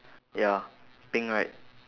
ya pink right